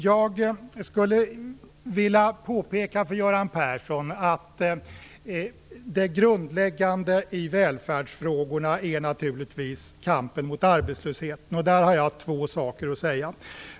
Jag vill påpeka för Göran Persson att det grundläggande i välfärdsfrågorna naturligtvis är kampen mot arbetslösheten. Om detta har jag två saker att säga.